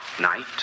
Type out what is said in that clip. night